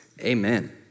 Amen